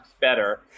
better